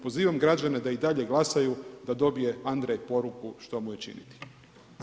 Pozivam građane da i dalje glasaju da dobije Andrej poruku što mu je činiti.